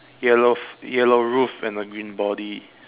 yellow yellow roof and a green body